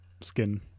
skin